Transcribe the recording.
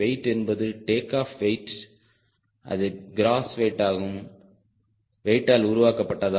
wait என்பது take off weight அது gross வெயிடால் உருவாக்கப்பட்டதா